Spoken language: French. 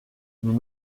nous